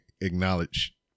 acknowledge